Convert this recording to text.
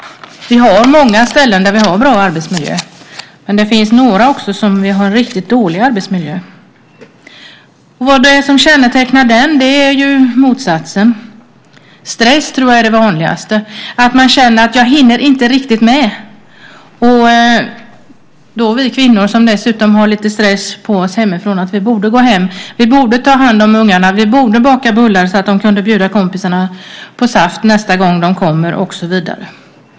Det finns många ställen med en bra arbetsmiljö. Men det finns också några riktigt dåliga arbetsmiljöer. Vad är det som kännetecknar en dålig arbetsmiljö? Det är motsatsen. Stress är det vanligaste, att inte riktigt hinna med. Vi kvinnor har dessutom stress på oss hemifrån, vi borde gå hem, borde ta hand om ungarna, borde baka bullar så att kompisarna kan bjudas på saft och bullar nästa gång de kommer förbi.